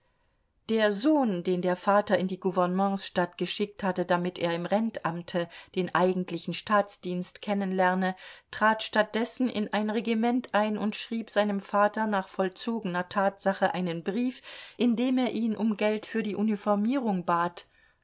der sohn den der vater in die gouvernementsstadt geschickt hatte damit er im rentamte den eigentlichen staatsdienst kennenlerne trat statt dessen in ein regiment ein und schrieb seinem vater nach vollzogener tatsache einen brief in dem er ihn um geld für die uniformierung bat